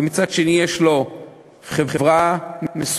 ומצד שני יש לו חברה מסוימת,